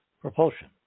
propulsion